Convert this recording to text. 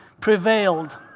prevailed